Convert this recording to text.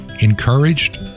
encouraged